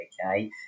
Okay